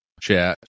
chat